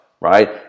right